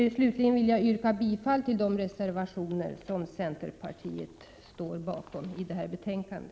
Slutligen vill jag yrka bifall till de reservationer som centerpartiet står bakom i detta betänkande.